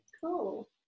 Cool